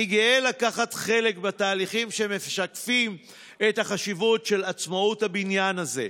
אני גאה לקחת חלק בתהליכים שמשקפים את החשיבות של עצמאות הבניין הזה.